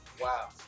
wow